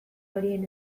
horien